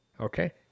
Okay